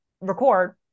record